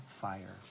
fire